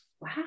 Wow